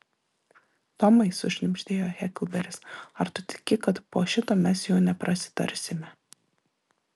tomai sušnibždėjo heklberis ar tu tiki kad po šito mes jau neprasitarsime